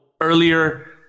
earlier